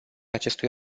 acestui